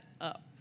up